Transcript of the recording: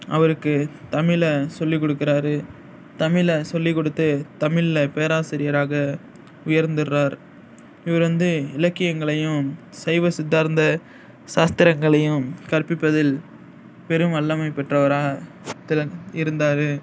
அவருக்கு தமிழை சொல்லி கொடுக்குறாரு தமிழ சொல்லி கொடுத்து தமிழில் பேராசிரியராக உயர்ந்திடுறார் இவர் வந்து இலக்கியங்களையும் சைவ சித்தார்ந்த சாஸ்திரங்களையும் கற்பிப்பதில் பெரும் வல்லமை பெற்றவராக திறன் இருந்தார்